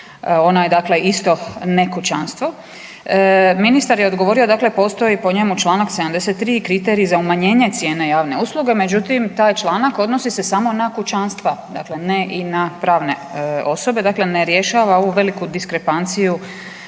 ona je dakle isto nekućanstvo. Ministar je odgovorio, dakle postoji po njemu članak 73. kriteriji za umanjenje cijene javne usluge. Međutim, taj članak odnosi se samo na kućanstva. Dakle ne i na pravne osobe, dakle ne rješava ovu veliku diskrepanciju